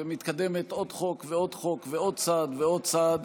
ומקדמת עוד חוק ועוד חוק ועוד צעד ועוד צעד,